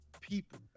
people